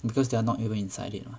because they are not even inside it lah